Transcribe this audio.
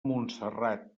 montserrat